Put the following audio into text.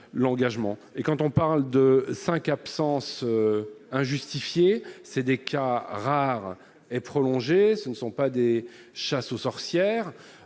l'engagement et quand on parle de 5 absences injustifiées, c'est des cas rares et prolongé, ce ne sont pas des chasses aux sorcières